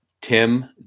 Tim